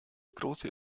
große